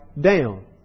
down